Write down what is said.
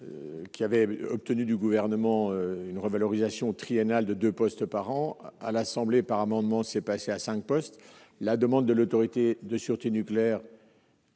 qui avait obtenu du gouvernement une revalorisation triennal de 2 postes par an à l'Assemblée par amendement, c'est passé à 5 postes, la demande de l'Autorité de sûreté nucléaire.